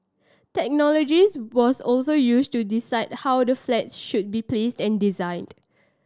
technologies was also used to decide how the flats should be placed and designed